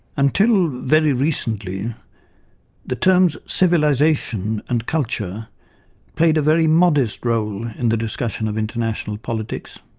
until very recently the terms civilization and culture played a very modest role in the discussion of international politics.